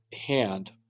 hand